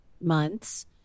months